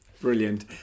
brilliant